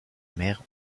mère